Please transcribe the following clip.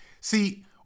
See